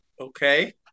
okay